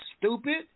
stupid